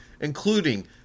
including